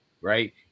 right